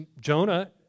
Jonah